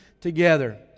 together